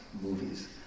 movies